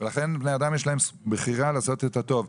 ולכן בני האדם, יש להם בחירה לעשות את הטוב.